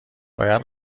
باید